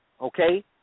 okay